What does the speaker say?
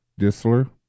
disler